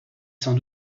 sans